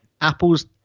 Apple's